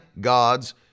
God's